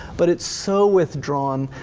but it's so withdrawn,